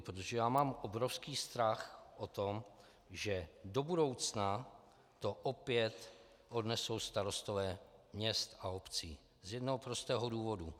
Protože já mám obrovský strach o to, že do budoucna to opět odnesou starostové měst a obcí z jednoho prostého důvodu.